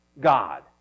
God